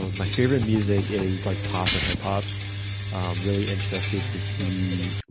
my favorite music is like pop or hip hop. i'm really interested to see,